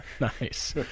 Nice